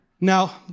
now